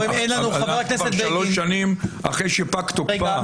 שלוש שנים אחרי שפג תוקפה.